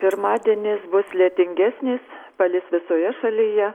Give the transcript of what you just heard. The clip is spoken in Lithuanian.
pirmadienis bus lietingesnis palis visoje šalyje